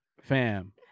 Fam